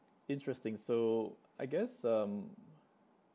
interesting so I guess um